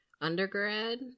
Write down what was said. undergrad